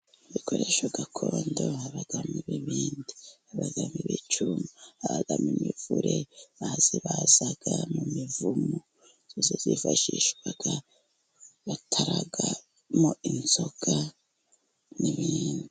Ibikoresho gakondo habamo ib'ibindi, habamo ibicuma, habamo imivure, bayibazagabbazaga mu mivumu, zifashishwaga bataramo inzoga n'ibindi.